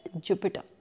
Jupiter